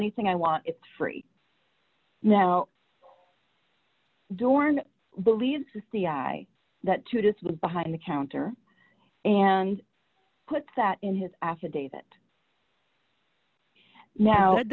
anything i want it free now dorn believes that too this was behind the counter and put that in his affidavit now it